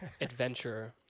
adventure